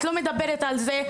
את לא מדברת על זה.